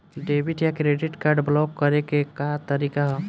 Debit या credit card block करे के का तरीका ह?